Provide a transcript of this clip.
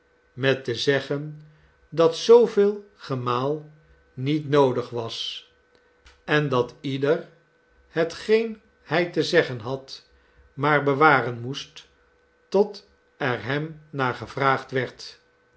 met te zeggen dat zooveel gemaal niet noodig was en dat ieder hetgeen hij te zeggen had maar bewaren moest tot er hem naar gevraagd werd